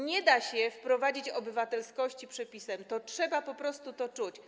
Nie da się wprowadzić obywatelskości przepisem, trzeba po prostu to czuć.